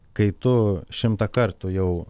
kai tu šimtą kartų jau